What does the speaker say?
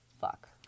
fuck